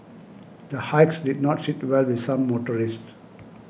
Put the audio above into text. the hikes did not sit well with some motorists